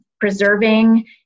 preserving